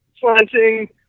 planting